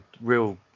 real